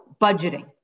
budgeting